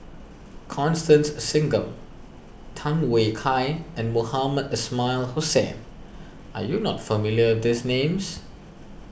Constance Singam Tham Yui Kai and Mohamed Ismail Hussain are you not familiar with these names